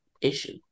issue